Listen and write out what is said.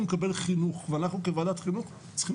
הוא מקבל חינוך ואנחנו כוועדת חינוך צריכים